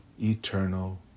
eternal